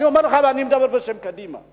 אני אומר לך, ואני מדבר בשם קדימה.